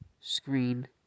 screen